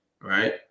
right